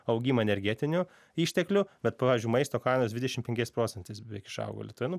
augimą energetinių išteklių bet pavyzdžiui maisto kainos dvidešim penkiais procentais beveik išaugo lietuvoje nu